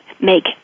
make